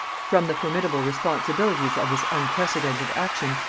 from the formidable responsibilities of this unprecedented action,